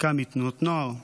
חלקם מתנועות נוער,